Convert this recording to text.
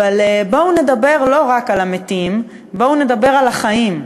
בואו נדבר לא רק על המתים, בואו נדבר על החיים,